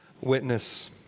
witness